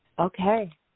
Okay